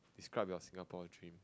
describe your Singapore dream